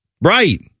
right